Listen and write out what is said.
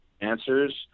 answers